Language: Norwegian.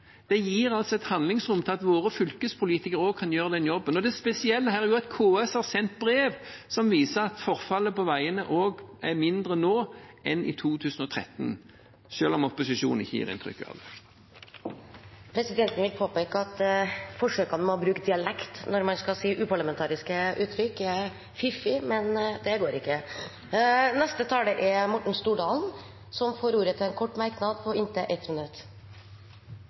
Det gir våre fylkespolitikere handlingsrom til å kunne gjøre den jobben. Og det spesielle her er at KS har sendt brev som viser at forfallet på veiene er mindre nå enn i 2013, selv om opposisjonen ikke gir inntrykk av det. Presidenten vil påpeke at forsøkene på å bruke dialekt når man skal bruke uparlamentariske uttrykk, er fiffige, men det går ikke. Representanten Morten Stordalen har hatt ordet to ganger tidligere og får ordet til en kort merknad, begrenset til 1 minutt.